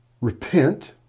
repent